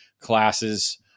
classes